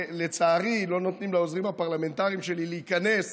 לצערי, לא נותנים לעוזרים הפרלמנטריים שלי להיכנס